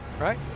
right